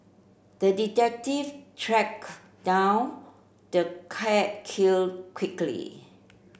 the detective tracked down the cat kill quickly